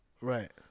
Right